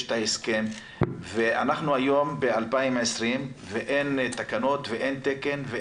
יש את ההסכם ואנחנו היום ב-2020 ואין תקנות ואין תקן.